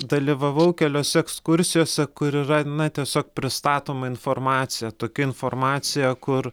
dalyvavau keliose ekskursijose kur yra na tiesiog pristatoma informacija tokia informacija kur